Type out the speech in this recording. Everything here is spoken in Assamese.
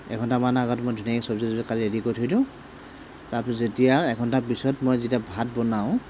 এঘণ্টামান আগত মই ধুনীয়াকৈ চব্জি তব্জি কাটি ৰেডি কৰি থৈ দিওঁ তাৰপাছত যেতিয়া এঘণ্টা পিছত মই যেতিয়া ভাত বনাওঁ